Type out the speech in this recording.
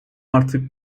artık